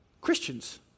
Christians